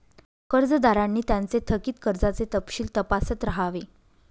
कर्जदारांनी त्यांचे थकित कर्जाचे तपशील तपासत राहावे